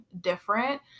different